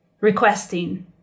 requesting